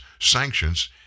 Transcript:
sanctions